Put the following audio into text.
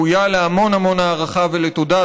ראויות להמון הערכה ולתודה,